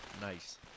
Nice